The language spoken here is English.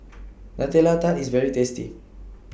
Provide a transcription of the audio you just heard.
Nutella Tart IS very tasty